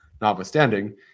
notwithstanding